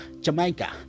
Jamaica